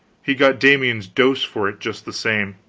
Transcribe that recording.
he got damiens' dose for it just the same